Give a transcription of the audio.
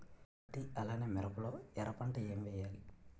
పత్తి అలానే మిరప లో ఎర పంట ఏం వేయాలి?